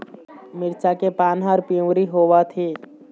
मिरचा के पान हर पिवरी होवथे?